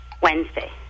Wednesday